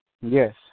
Yes